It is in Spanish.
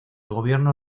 gobierno